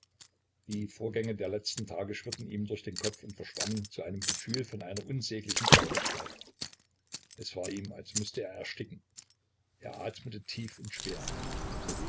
die vorgänge der letzten tage schwirrten ihm durch den kopf und verschwammen zu einem gefühl von einer unsäglichen traurigkeit es war ihm als müßte er ersticken er atmete tief und schwer